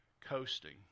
coasting